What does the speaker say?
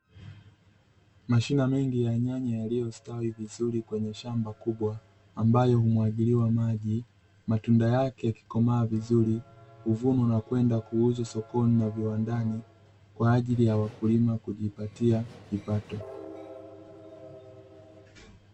Mashina mengi ya nyanya yaliyostawi vizuri kwenye shamba kubwa, ambayo humwagiliwa maji, matunda yake yakikomaa vizuri, huvunwa na kwenda kuuzwa sokoni na viwandani, kwa ajili ya wakulima kujipatia kipato.